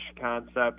concepts